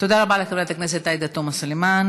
תודה רבה לחברת הכנסת עאידה תומא סלימאן.